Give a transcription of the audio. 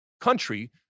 country